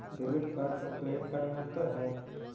Debit card और credit card में अन्तर है?